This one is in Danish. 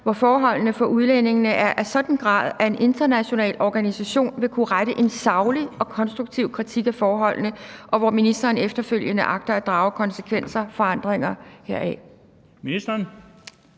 hvor forholdene for udlændingene er af en sådan grad, at en international organisation vil kunne rette en saglig og konstruktiv kritik af forholdene, og hvor ministeren efterfølgende agter at drage konsekvenser/forandringer heraf?